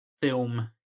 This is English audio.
film